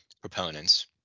proponents